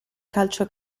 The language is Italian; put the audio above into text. calcio